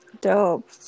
Dope